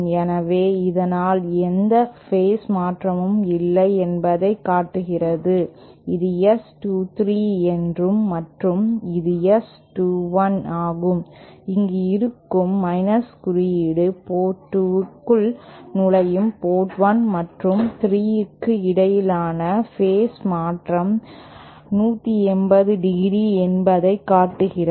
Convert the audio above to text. எனவே இதனால் எந்த ஃபேஸ் மாற்றமும் இல்லை என்பதைக் காட்டுகிறது இது S 23 என்றும் மற்றும் இது S 21 ஆகும் இங்கு இருக்கும் மைனஸ் குறியீடு போர்ட் 2 க்குள் நுழையும் போர்ட் 1 மற்றும் 3 க்கு இடையிலான ஃபேஸ் மாற்றம் 180 ° என்பதை காட்டுகிறது